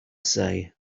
say